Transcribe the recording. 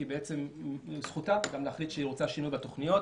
כי זו זכותה להחליט שהיא רוצה שינוי בתוכניות.